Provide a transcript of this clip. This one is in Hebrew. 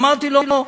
אמרתי לו: